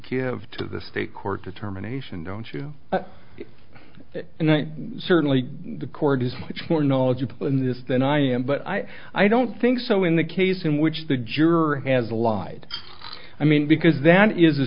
give to the state court determination don't you and certainly the court is much more knowledgeable in this than i am but i i don't think so in the case in which the juror has lied i mean because